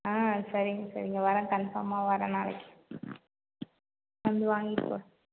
சரிங்க சரிங்க வரேன் கன்ஃபார்மாக வரேன் நாளைக்கு வந்து வாங்கிட்டு போகிறேன்